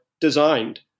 designed